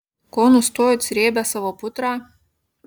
ko nustojot srėbę savo putrą